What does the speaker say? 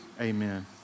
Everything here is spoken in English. amen